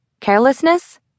carelessness